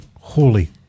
holy